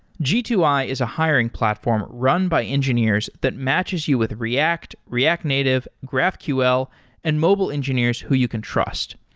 g two i is a hiring platform run by engineers that matches you with react, react native, graphql and mobile engineers who you can trust.